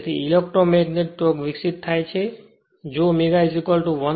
તેથી electromagnetic torque વિકસિત થાય છે